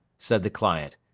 said the client.